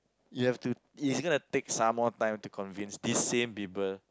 you have to it's going to take some more time to convince these same people